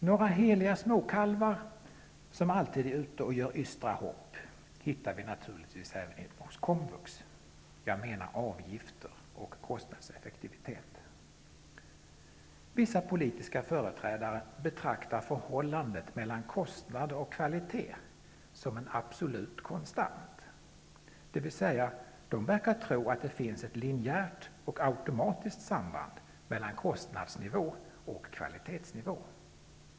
Några heliga småkalvar som alltid är ute och gör ystra hopp hittar vi naturligtvis även hos komvux. Jag menar då avgifter och kostnadseffektivitet. Vissa politiska företrädare betraktar förhållandet mellan kostnad och kvalitet som en absolut konstant -- dvs. de verkar tro att det finns ett linjärt och automatiskt samband mellan kostnadsnivå och kvalitetsnivå.